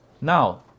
Now